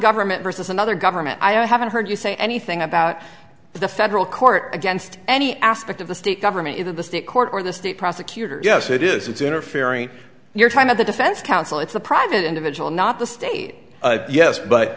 government versus another government i haven't heard you say anything about the federal court against any aspect of the state government either the state court or the state prosecutor yes it is it's interfering you're kind of the defense counsel it's the private individual not the state yes but